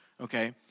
Okay